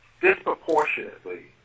disproportionately